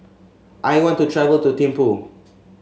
I want to travel to Thimphu